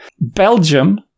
belgium